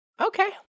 Okay